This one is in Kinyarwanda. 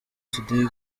tudeyi